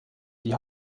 die